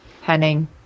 henning